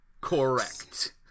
Correct